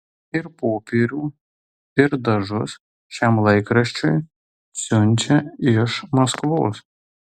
ir popierių ir dažus šiam laikraščiui siunčia iš maskvos